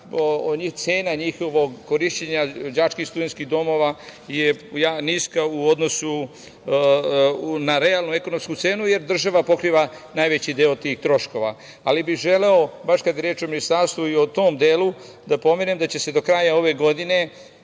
cena njihovog korišćenja đačkih i studenskih domova je niska u odnosu na realnu ekonomsku cenu, jer država pokriva najveći deo tih troškova. Želeo bih, baš kada je reč o Ministarstvu i o tom delu da pomenem da će se do kraja ove godine